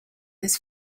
his